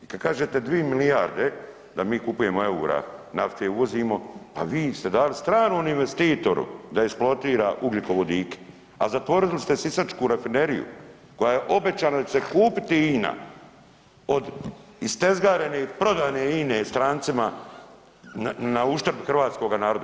I kada kažete 2 milijarde da mi kupujemo eura nafte uvozimo, pa vi ste dali stranom investitoru da eksploatira ugljikovodike, a zatvorili ste Sisačku rafineriju koja je obećana da će se kupiti INA od istezgarene i prodane INA-e strancima na uštrb hrvatskoga naroda.